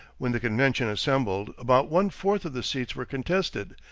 when the convention assembled, about one-fourth of the seats were contested,